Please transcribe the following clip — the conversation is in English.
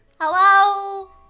Hello